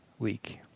week